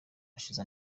hashize